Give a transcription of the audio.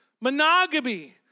monogamy